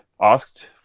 asked